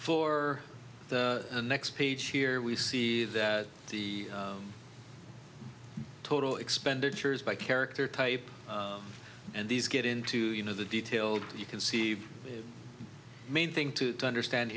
for the next page here we see that the total expenditures by character type and these get into you know the detail you can see main thing to understand